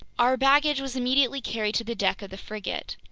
our baggage was immediately carried to the deck of the frigate.